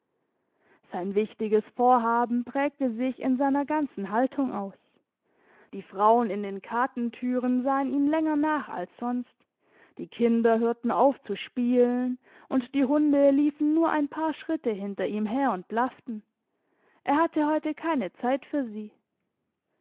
sein wichtiges vorhaben prägte sich in seiner ganzen haltung aus die frauen in den katentüren sahen ihm länger nach als sonst die kinder hörten auf zu spielen und die hunde liefen nur ein paar schritte hinter ihm her und blafften er hatte heute keine zeit für sie